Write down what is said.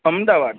Ahmedabad